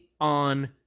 on